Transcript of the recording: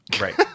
Right